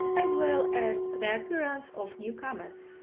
as well as the appearance of newcomers.